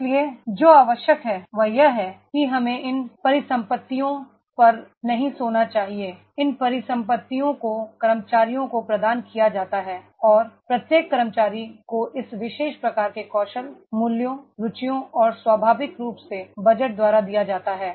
इसलिए जो आवश्यक है वह यह है कि हमें इन परिसंपत्तियों पर नहीं सोना चाहिए इन परिसंपत्तियों को कर्मचारियों को प्रदान किया जाता है और प्रत्येक कर्मचारी को इस विशेष प्रकार के कौशल मूल्यों रुचि और स्वाभाविक रूप से बजट द्वारा दिया जाता है